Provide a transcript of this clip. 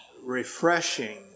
refreshing